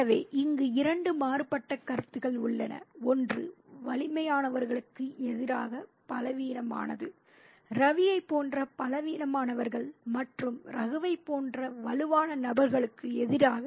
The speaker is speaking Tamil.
எனவே இங்கு இரண்டு மாறுபட்ட கருத்துக்கள் உள்ளன ஒன்று வலிமையானவர்களுக்கு எதிராக பலவீனமானது ரவியைப் போன்ற பலவீனமானவர்கள் மற்றும் ரகுவை போன்ற வலுவான நபர்களுக்கு எதிராக